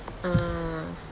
ah